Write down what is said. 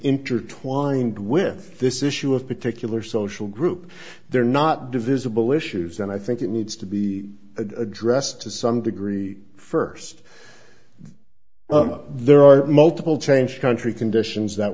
intertwined with this issue of particular social group they're not divisible issues and i think it needs to be addressed to some degree first there are multiple change country conditions that